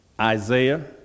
Isaiah